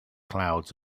clouds